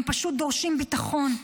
הם פשוט דורשים ביטחון.